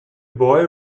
boy